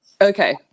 Okay